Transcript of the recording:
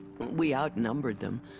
we outnumbered them.